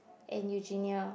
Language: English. and Eugenia